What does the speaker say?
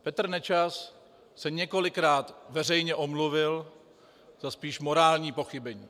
Petr Nečas se několikrát veřejně omluvil za spíš morální pochybení.